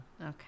Okay